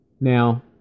Now